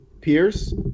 Pierce